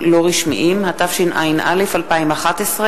התשע"א 2011,